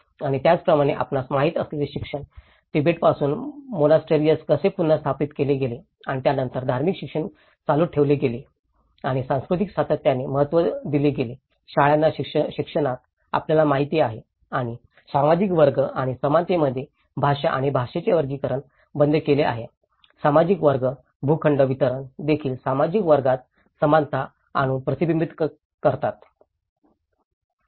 आणि त्याचप्रमाणे आपणास माहित असलेले शिक्षण तिबेटपासून मोनास्टरीएस कसे पुन्हा स्थापित केले गेले आणि त्यानंतर धार्मिक शिक्षण चालू ठेवले गेले आहे आणि सांस्कृतिक सातत्याने महत्त्व दिले गेलेल्या शाळांच्या शिक्षणात आपल्याला माहिती आहे आणि सामाजिक वर्ग आणि समानतेमध्ये भाषा आणि भाषेचे वर्गीकरण बंद केले आहे सामाजिक वर्ग भूखंड वितरण देखील सामाजिक वर्गात समानता आणून प्रतिबिंबित कसे